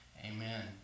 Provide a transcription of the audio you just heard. Amen